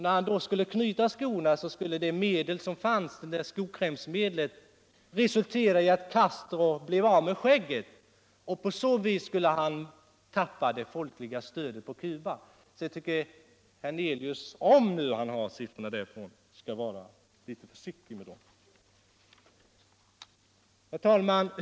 När han sedan knöt skorna skulle medlet i skokrämen resultera i att Castro blev av med skägget. På så vis skulle han tappa det folkliga stödet på Cuba. — Om nu herr Hernelius har siffrorna därifrån tycker jag alltså att han skall vara litet försiktig med dem. Herr talman!